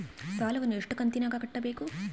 ಸಾಲವನ್ನ ಎಷ್ಟು ಕಂತಿನಾಗ ಕಟ್ಟಬೇಕು?